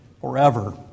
forever